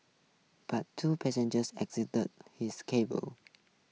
but two passengers his